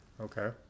Okay